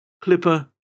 Clipper